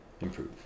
improve